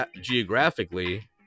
geographically